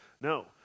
No